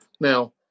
now